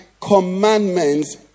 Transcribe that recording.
commandments